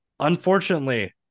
unfortunately